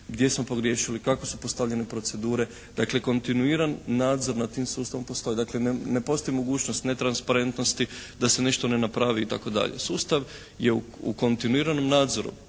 gdje smo pogriješili, kako su postavljene procedure. Dakle kontinuirani nadzor nad tim sustavom postoji, dakle ne postoji mogućnost netransparentnosti da se nešto ne napravi itd. Sustav je u kontinuiranom nadzoru